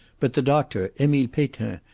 but the doctor, emile peytin,